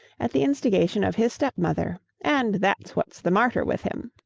at the instigation of his step-mother, and that's what's the martyr with him.